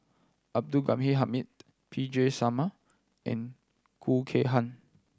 Abdul Gami Hamid P J Sharma and Khoo Kay Hian